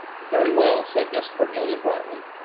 very well, said miss cornelia brightly.